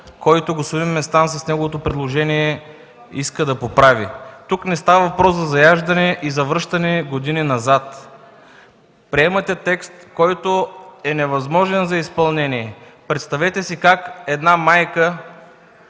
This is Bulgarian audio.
който господин Местан със своето предложение иска да поправи. Не става въпрос за заяждане и за връщане години назад. Приемате текст, невъзможен за изпълнение. Представете си как майка